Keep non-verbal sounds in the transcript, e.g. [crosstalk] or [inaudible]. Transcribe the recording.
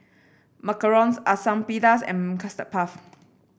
macarons Asam Pedas and Custard Puff [noise]